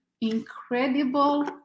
incredible